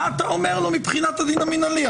מה אתה אומר לו מבחינת הדין המינהלי?